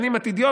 שנים עתידיות,